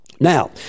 Now